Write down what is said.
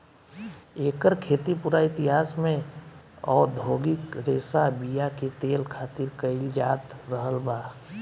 एकर खेती पूरा इतिहास में औधोगिक रेशा बीया के तेल खातिर कईल जात रहल बा